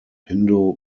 hindu